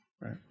Right